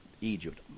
Egypt